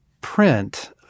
print